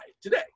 today